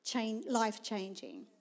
life-changing